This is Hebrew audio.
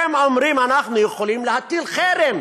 הם אומרים: אנחנו יכולים להטיל חרם